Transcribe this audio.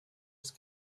des